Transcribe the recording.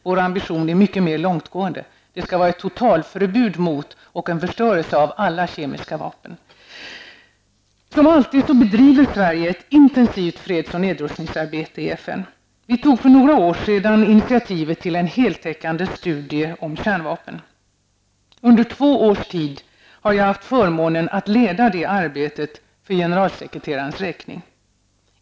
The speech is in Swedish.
Våra ambitioner är mycket mer långtgående -- det skall vara ett totalförbud mot och en förstörelse av alla kemiska vapen. Som alltid bedriver Sverige ett intensivt freds och nedrustningsarbete i FN. Vi tog för några år sedan initiativet till en heltäckande studie om kärnvapnen. Under två års tid har jag haft förmånen att leda det arbetet för generalsekreterarens räkning.